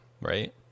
right